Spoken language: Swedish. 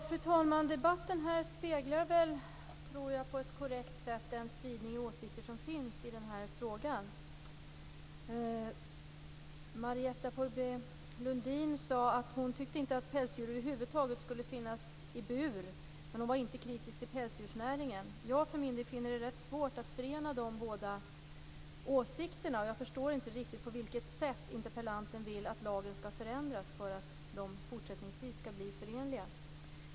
Fru talman! Debatten speglar på ett korrekt sätt den spridning i åsikter som finns i den här frågan. Marietta de Pourbaix-Lundin sade att hon tyckte att pälsdjur över huvud taget inte skulle finnas i bur, men hon var inte kritisk till pälsdjursnäringen. Jag finner det svårt att förena de båda åsikterna. Jag förstår inte på vilket sätt interpellanten vill att lagen skall förändras för att de fortsättningsvis skall bli förenliga.